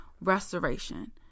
restoration